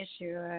issue